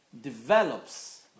develops